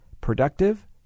Productive